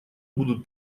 будут